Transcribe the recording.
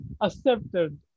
accepted